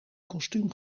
kostuum